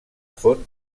font